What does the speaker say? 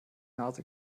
nase